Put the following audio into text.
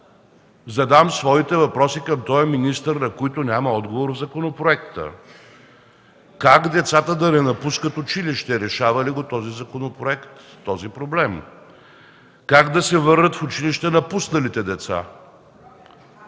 задам своите въпроси към този министър, на които няма отговор в законопроекта. Как децата да не напускат училище – решава ли законопроектът този проблем? Как да се върнат в училище напусналите деца?